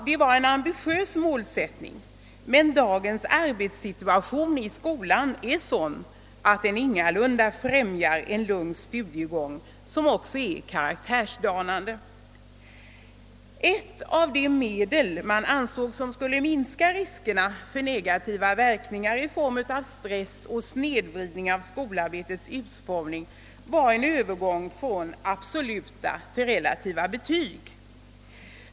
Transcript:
Det är en ambitiös målsättning, men dagens arbetssituation i skolan är sådan att den ingalunda främjar en lugn studiegång som också är karaktärsdanande. Ett av de medel som man ansåg skulle minska riskerna för negativa verkningar i form av stress och snedvridning av skolarbetets utformning var en övergång från absoluta till relativa betyg.